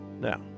Now